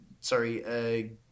sorry